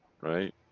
Right